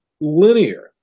linear